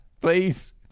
please